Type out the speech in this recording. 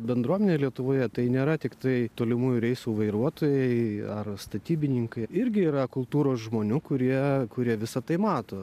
bendruomenė lietuvoje tai nėra tiktai tolimųjų reisų vairuotojai ar statybininkai irgi yra kultūros žmonių kurie kurie visa tai mato